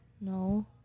No